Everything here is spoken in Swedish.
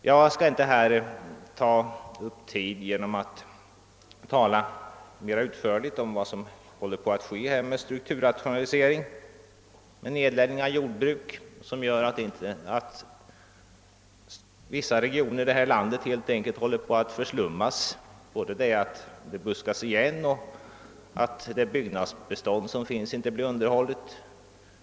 Jag skall inte här ta upp tiden mera utförligt om vad som håller på att ske i samband med strukturrationaliseringen med nedläggning av jordbruk som medför att vissa regioner i detta land helt enkelt håller på att förslummas, både så att de förbuskas och att det byggnadsbestånd som finns inte blir underhållet.